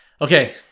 Okay